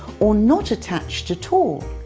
or not attached at all.